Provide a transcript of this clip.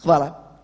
Hvala.